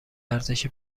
ارزش